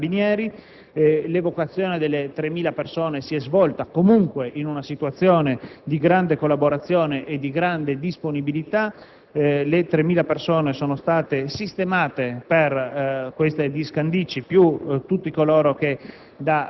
Carabinieri. L'evacuazione delle 3.000 persone si è svolta, comunque, in una situazione di grande collaborazione e di grande disponibilità. Le 3.000 persone, quelle di Scandicci più tutti coloro che